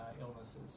illnesses